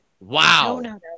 wow